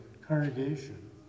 congregation